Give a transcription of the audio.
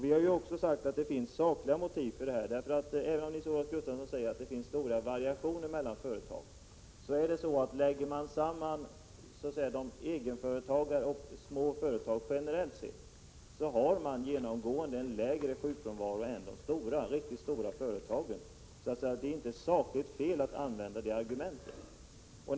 Vi har också sagt att det finns sakliga motiv för tetta. i Nils-Olof Gustafsson säger att det finns stora variationer mellan företag. Men egenföretagare och småföretagare har generellt sett lägre sjukfrånvaro än de riktigt stora företagen. Det är inte sakligt fel att använda det argumentet.